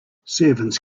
servants